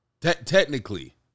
Technically